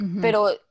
Pero